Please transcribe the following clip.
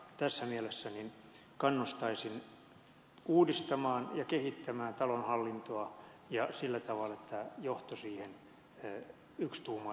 tässä mielessä kannustaisin uudistamaan ja kehittämään talon hallintoa ja sillä tavalla että johto siihen yksituumaisesti myös sitoutuu